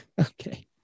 Okay